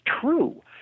true